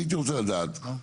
אני הייתי רוצה לדעת את